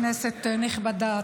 כנסת נכבדה,